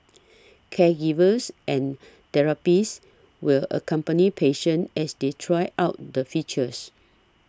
caregivers and therapists will accompany patients as they try out the features